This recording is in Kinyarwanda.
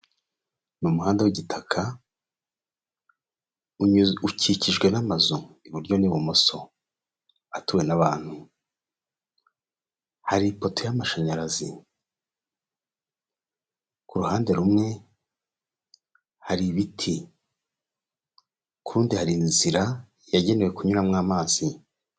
Ni umuhanda w'igitaka ukijwe n'amazu iburyo n'ibumoso atuwe n'abantu, hari ipoto y'amashanyarazi, Ku ruhande rumwe hari ibiti, urundi hari inzira yagenewe kunyuramo amazi.